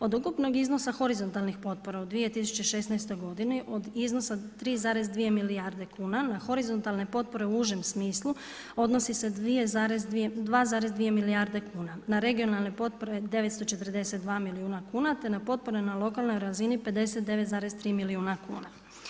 Od ukupnog iznosa horizontalnih potpora u 2016. godinu od iznosa 3,2 milijarde kuna na horizontalne potpore u užem smislu odnosi se 2,2 milijarde kuna, na regionalne potpore 942 milijuna kuna te na potpore na lokalnoj razini 59,3 milijuna kuna.